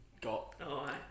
Got